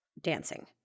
dancing